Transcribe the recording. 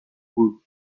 بود